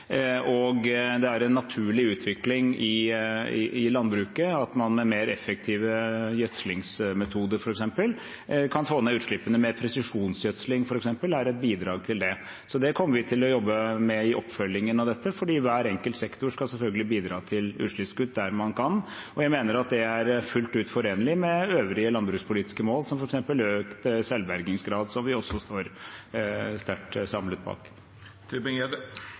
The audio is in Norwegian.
og det er en naturlig utvikling i landbruket at man f.eks. med mer effektive gjødslingsmetoder kan få ned utslippene. Mer presisjonsgjødsling, f.eks., er et bidrag til det. Så det kommer vi til å jobbe med i oppfølgingen av dette, for hver enkelt sektor skal selvfølgelig bidra til utslippskutt der man kan, og jeg mener at det er fullt ut forenlig med øvrige landbrukspolitiske mål, som f.eks. økt selvbergingsgrad, som vi også står sterkt samlet bak.